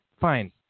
Fine